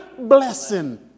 blessing